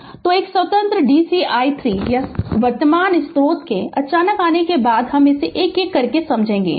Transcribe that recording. Refer Slide Time 2528 तो एक स्वतंत्र DC i 3 या वर्तमान स्रोत के अचानक आने के बाद पहले हम इसे एक एक करके समझेंगे